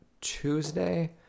Tuesday